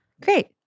Great